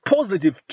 positive